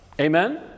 Amen